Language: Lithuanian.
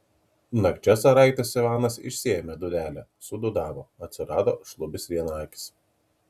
nakčia caraitis ivanas išsiėmė dūdelę sudūdavo atsirado šlubis vienakis